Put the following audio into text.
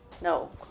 No